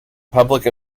public